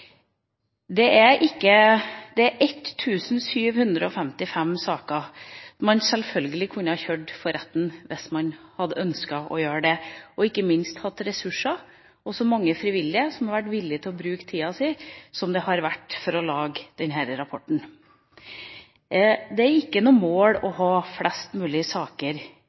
Det er 1 755 saker man selvfølgelig kunne ha kjørt for retten hvis man hadde ønsket å gjøre det, og ikke minst hatt ressurser og så mange frivillige som hadde vært villige til å bruke tida si, som det har vært for å lage denne rapporten. Det er ikke noe mål å ha flest mulige saker